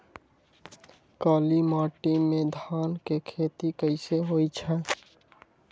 काली माटी में धान के खेती कईसे होइ छइ?